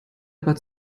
aber